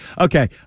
Okay